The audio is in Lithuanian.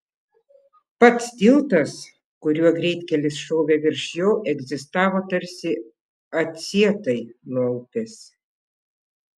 pats tiltas kuriuo greitkelis šovė virš jo egzistavo tarsi atsietai nuo upės